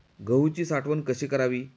गहूची साठवण कशी करावी?